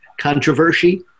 controversy